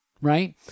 right